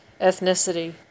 ethnicity